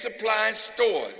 supply store